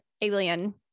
alien